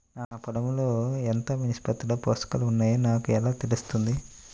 నా పొలం లో ఎంత నిష్పత్తిలో పోషకాలు వున్నాయో నాకు ఎలా తెలుస్తుంది?